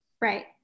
Right